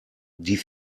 die